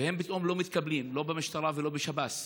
הם פתאום לא מתקבלים, לא למשטרה ולא לשב"ס.